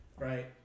Right